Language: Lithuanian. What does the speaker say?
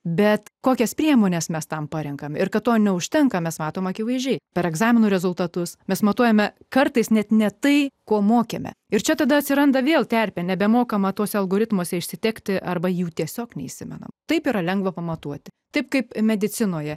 bet kokias priemones mes tam parenkame ir kad to neužtenka mes matome akivaizdžiai per egzaminų rezultatus mes matuojame kartais net ne tai ko mokėme ir čia tada atsiranda vėl terpė nebemokama tuose algoritmuose išsitekti arba jų tiesiog neįsimena taip yra lengva pamatuoti taip kaip medicinoje